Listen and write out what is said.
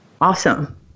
Awesome